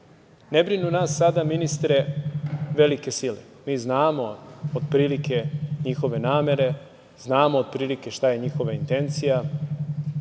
ne brinu nas sada ministre velike sile. Mi znamo otprilike njihove namere, znamo otprilike šta je njihova intencija,